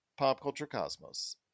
PopCultureCosmos